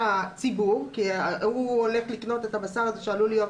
הציבור כי הוא הולך לקנות את הבשר הזה שעלול להיות